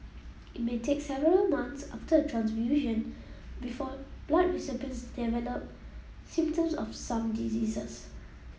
it may take several months after a transfusion before blood recipients develop symptoms of some diseases